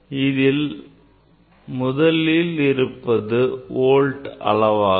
இதில் முதலில் இருப்பது வோல்ட் அளவாகும்